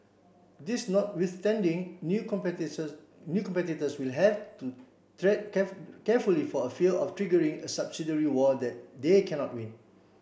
this notwithstanding new new competitors will have to tread careful carefully for a fear of triggering a subsidary war that they cannot win